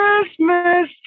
Christmas